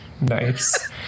Nice